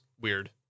weird